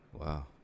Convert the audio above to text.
Wow